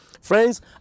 Friends